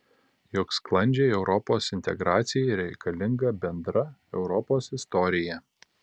juk sklandžiai europos integracijai reikalinga bendra europos istorija